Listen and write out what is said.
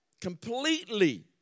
completely